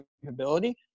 capability